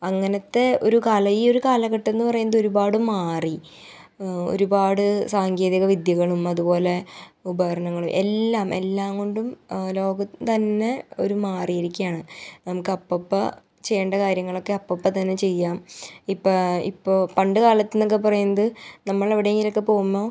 അങ്ങനത്തെ ഒരു കാലം ഈ ഒരു കാലഘട്ടമെന്ന് പറയുന്നത് ഒരുപാട് മാറി ഒരൂപാട് സാങ്കേതിക വിദ്യകളും അത് പോലെ ഉപകരണങ്ങളും എല്ലാം എല്ലാങ്കൊണ്ടും ലോകം തന്നെ ഒരു മാറീരിക്ക്യാണ് നമുക്കപ്പം ചെയ്യേണ്ട കാര്യങ്ങളൊക്കെ അപ്പപ്പത്തന്നെ ചെയ്യാം ഇപ്പം ഇപ്പോൾ പണ്ട് കാലത്ത്ന്നക്കെ പറയുന്നത് നമ്മളെവിടെങ്കിലൊക്കെ പോകുമ്പോൾ